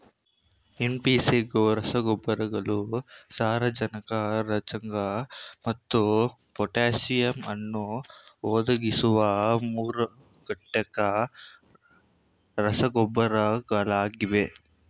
NPK ರಸಗೊಬ್ಬರಗಳು ಸಾರಜನಕ ರಂಜಕ ಮತ್ತು ಪೊಟ್ಯಾಸಿಯಮ್ ಅನ್ನು ಒದಗಿಸುವ ಮೂರುಘಟಕ ರಸಗೊಬ್ಬರಗಳಾಗಿವೆ